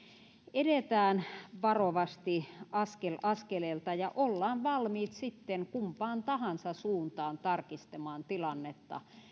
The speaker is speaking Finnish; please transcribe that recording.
edetään varovasti askel askeleelta ja ollaan valmiit sitten kumpaan tahansa suuntaan tarkistamaan tilannetta